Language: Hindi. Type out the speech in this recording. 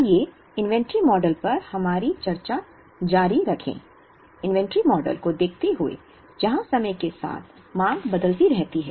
आइए इन्वेंट्री मॉडल पर हमारी चर्चा जारी रखें इन्वेंट्री मॉडल को देखते हुए जहां समय के साथ मांग बदलती रहती है